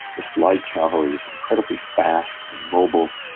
this light cavalry is incredibly fast and mobile,